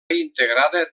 integrada